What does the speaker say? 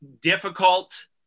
difficult